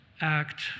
act